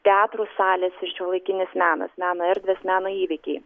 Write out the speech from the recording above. teatrų salės ir šiuolaikinis menas meno erdvės meno įvykiai